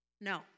No